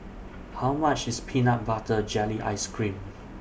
How much IS Peanut Butter Jelly Ice Cream